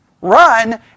run